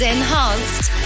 Enhanced